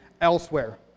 elsewhere